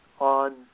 on